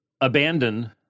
abandon